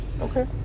Okay